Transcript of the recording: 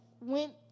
went